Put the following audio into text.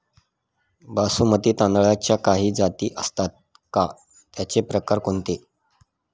बासमती तांदळाच्या काही जाती असतात का, त्याचे प्रकार कोणते?